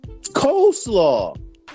Coleslaw